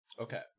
Okay